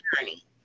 journey